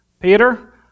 Peter